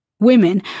Women